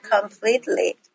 completely